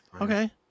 Okay